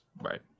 right